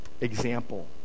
example